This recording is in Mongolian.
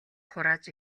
хурааж